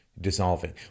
dissolving